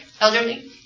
elderly